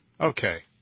Okay